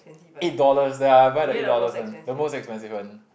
eight dollars ya I buy the eight dollars one the most expensive one